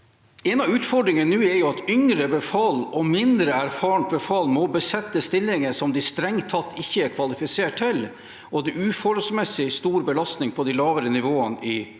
En av utfordringene nå er jo at yngre befal og mindre erfarent befal må besette stillinger som de strengt tatt ikke er kvalifisert til, og det er uforholdsmessig stor belastning på de lavere nivåene i Forsvaret.